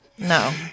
No